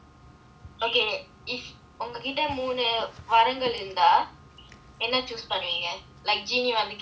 okay if உங்ககிட்ட மூணு வாரங்கள் இருந்தா என்ன:unga kitta moonu vaarangal irunthaa enna choose பண்ணுவீங்க:pannuveenga like gene வந்து கேக்கும் போது:vanthu kekkum pothu